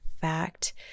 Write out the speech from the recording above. fact